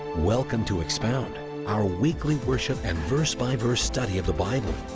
welcome to expound our weekly worship and verse by verse study of the bible.